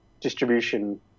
distribution